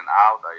out